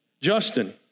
justin